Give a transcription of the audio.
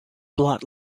blood